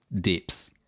depth